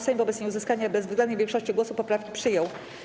Sejm wobec nieuzyskania bezwzględnej większości głosów poprawki przyjął.